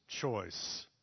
choice